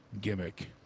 gimmick